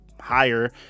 higher